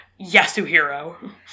Yasuhiro